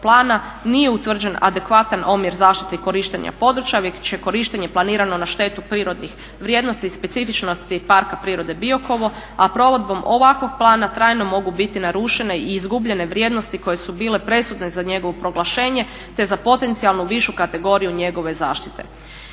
nije utvrđen adekvatan omjer zaštite i korištenja područja već je korištenje planirano na štetu prirodnih vrijednosti i specifičnosti Parka prirode Biokovo. A provedbom ovakvog plana trajno mogu biti narušene i izgubljene vrijednosti koje su bile presudne za njegovo proglašenje te za potencijalno višu kategoriju njegove zaštite.